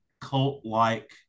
cult-like